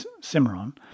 Cimarron